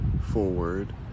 forward